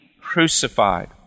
crucified